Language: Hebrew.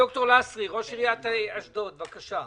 ד"ר לסרי, ראש עיריית אשדוד, בבקשה.